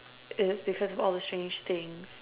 it because all the strange things